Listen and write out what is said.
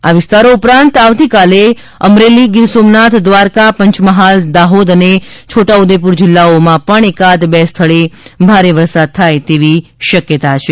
આ વિસ્તારો ઉપરાંત આવતીકાલે અમરેલી ગીરસોમનાથ દ્વારકા પંચમહાલ દાહોદ અને છોટા ઉદેપુર જિલ્લાઓમાં પણ એકાદ બે સ્થળે ભારે વરસાદ થાય તેવી શક્યતા છે